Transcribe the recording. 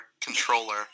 controller